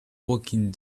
walking